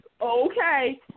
okay